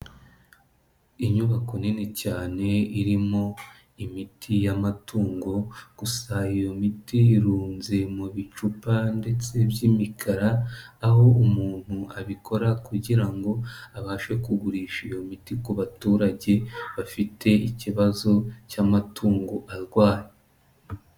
Inyubako nini cyane irimo imiti y'amatungo gusa iyo miti irunze mu bicupa ndetse by'imikara, aho umuntu abikora kugira ngo abashe kugurisha iyo miti ku baturage, bafite ikibazo cy'amatungo arwaye.